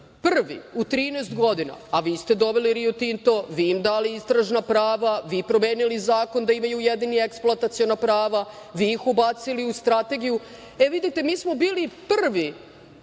prvi u 13 godina, a vi ste doveli Rio Tinto, vi im dali istražna prava, vi promenili zakon da imaju jedini eksploataciona prava, vi ih ubacili u strategiju, e, vidite, mi smo bili prvi